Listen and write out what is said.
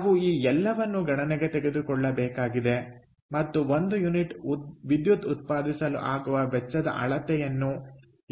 ನಾವು ಈ ಎಲ್ಲವನ್ನು ಗಣನೆಗೆ ತೆಗೆದುಕೊಳ್ಳಬೇಕಾಗಿದೆ ಮತ್ತು 1 ಯುನಿಟ್ ವಿದ್ಯುತ್ ಉತ್ಪಾದಿಸಲು ಆಗುವ ವೆಚ್ಚದ ಅಳತೆಯನ್ನು